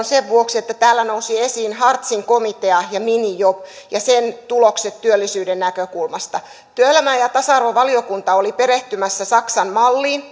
sen vuoksi että täällä nousi esiin hartzin komitea ja minijob ja sen tulokset työllisyyden näkökulmasta työelämä ja tasa arvovaliokunta oli perehtymässä saksan malliin